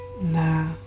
Nah